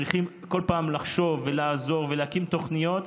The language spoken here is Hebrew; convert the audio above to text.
צריכים כל פעם לחשוב ולעזור ולהקים תוכניות.